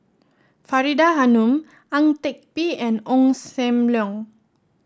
Faridah Hanum Ang Teck Bee and Ong Sam Leong